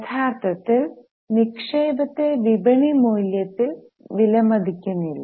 യഥാർത്ഥത്തിൽ നിക്ഷേപത്തെ വിപണി മൂല്യത്തിൽ വിലമതിക്കുന്നില്ല